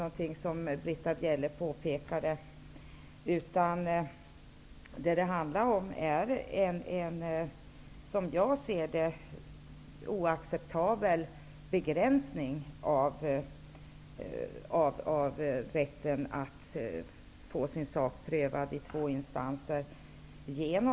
Genom att man måste ha prövningstillstånd handlar det enligt min mening om en oacceptabel begränsning av rätten att få sin sak prövad i två instanser.